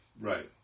right